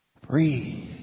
breathe